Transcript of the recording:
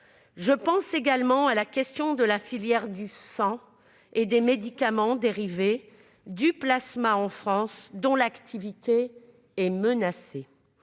Je pense également à la question de la filière française du sang et des médicaments dérivés du plasma dont l'activité est menacée.